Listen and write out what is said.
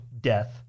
death